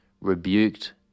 rebuked